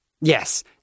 Yes